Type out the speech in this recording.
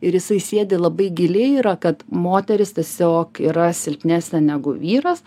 ir jisai sėdi labai giliai yra kad moteris tiesiog yra silpnesnė negu vyras